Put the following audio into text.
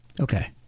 Okay